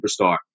superstar